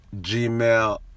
gmail